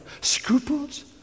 Scruples